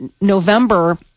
November